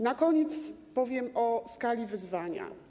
Na koniec powiem o skali wyzwania.